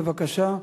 בבקשה.